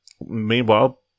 Meanwhile